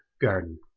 garden